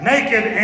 Naked